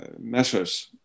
measures